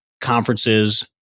conferences